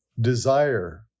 desire